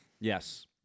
Yes